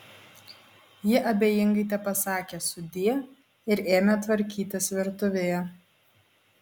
ji abejingai tepasakė sudie ir ėmė tvarkytis virtuvėje